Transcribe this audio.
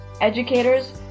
educators